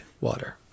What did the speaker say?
water